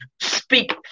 speak